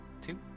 Two